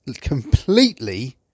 completely